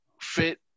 fit